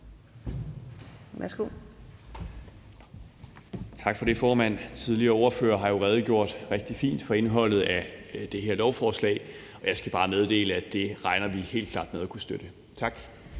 Tak for det, formand. Tidligere ordførere har jo redegjort rigtig fint for indholdet af det her lovforslag, og jeg skal bare meddele, at vi helt klart regner med at kunne støtte det.